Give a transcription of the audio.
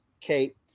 Kate